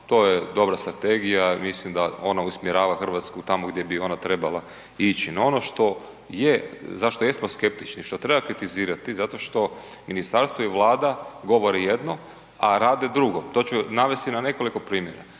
to je dobra strategija mislim da ona usmjerava Hrvatsku tamo gdje bi ona trebala ići. No, ono što je, zašto jesmo skeptični što treba kritizirati zato što ministarstvo i Vlada govore jedno, a rade drugo. To ću navesti na nekoliko primjera.